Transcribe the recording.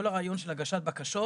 כל הרעיון של הגשת בקשות